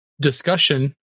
discussion